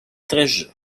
treasure